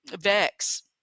Vex